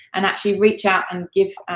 and actually reach out and give,